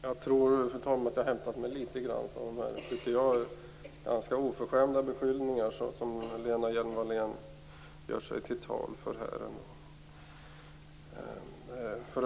Fru talman! Jag tror att jag hämtat mig litet grand från de ganska oförskämda beskyllningar som Lena Hjelm-Wallén gör sig till tolk för här.